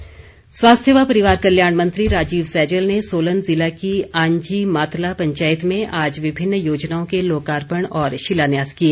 सैजल स्वास्थ्य व परिवार कल्याण मंत्री राजीव सैजल ने सोलन जिला की आंजी मातला पंचायत में आज विभिन्न योजनाओं के लोकार्पण और शिलान्यास किए